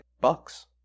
bucks